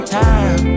time